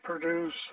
produce